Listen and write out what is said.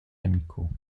amicaux